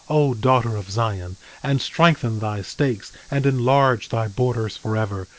o daughter of zion and strengthen thy stakes and enlarge thy borders forever,